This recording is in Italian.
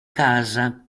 casa